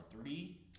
three